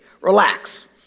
relax